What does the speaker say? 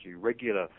regular